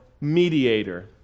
mediator